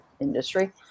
industry